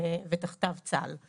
ותחתיו צה"ל.